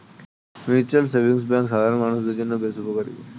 mutual savings bank সাধারণ মানুষদের জন্য বেশ উপকারী